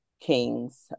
King's